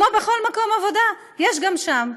כמו בכל מקום עבודה, יש גם שם.